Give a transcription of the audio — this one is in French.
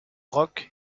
rock